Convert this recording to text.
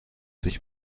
sich